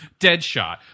Deadshot